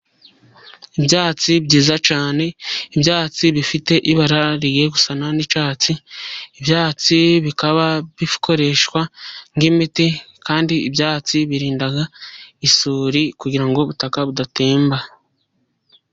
Ibyatsi byiza cyane, ibyatsi bifite ibara ririye gusa n'icyatsi, ibyatsi bikaba bikoreshwa nk'imiti, kandi ibyatsi birinda isuri kugira ngo ubutaka budatemba.